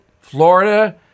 Florida